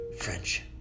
french